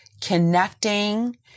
connecting